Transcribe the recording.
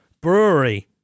Brewery